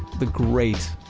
the great,